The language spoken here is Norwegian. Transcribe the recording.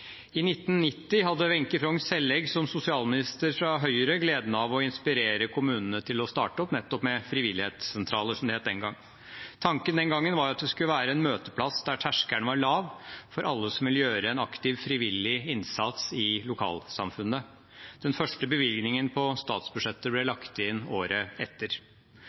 I 1990 hadde Wenche Frogn Sellæg som sosialminister fra Høyre gleden av å inspirere kommunene til å starte opp nettopp med frivillighetssentraler, som det het den gang. Tanken den gangen var at det skulle være en møteplass der terskelen var lav for alle som ville gjøre en aktiv frivillig innsats i lokalsamfunnet. Den første bevilgningen på statsbudsjettet ble lagt inn året etter.